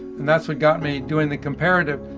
and that's what got me doing the comparative.